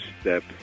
step